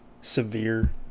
severe